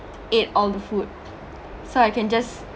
ate all the food so I can just